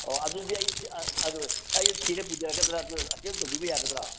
ꯑꯣ ꯑꯗꯨꯗꯤ ꯑꯩ ꯑꯩ ꯊꯤꯔ ꯄꯨꯖꯔꯛꯀꯗ꯭ꯔ ꯑꯗꯨ ꯍꯦꯜꯞ ꯇꯧꯕꯤꯕ ꯌꯥꯒꯗ꯭ꯔ